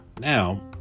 Now